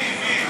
של מי?